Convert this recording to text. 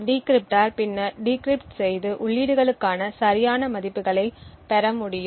டிகிரிப்டோர் பின்னர் டிக்ரிப்ட் செய்து உள்ளீடுகளுக்கான சரியான மதிப்புகளைப் பெற முடியும்